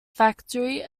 factory